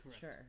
sure